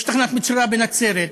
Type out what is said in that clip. יש תחנת משטרה בנצרת,